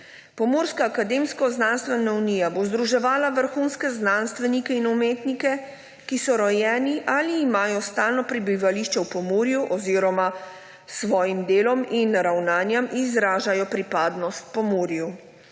Pomurska akademsko-znanstvena unija bo združevala vrhunske znanstvenike in umetnike, ki so rojeni ali imajo stalno prebivališče v Pomurju oziroma s svojim delom in ravnanjem izražajo pripadnost Pomurju.